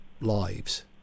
Lives